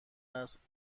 است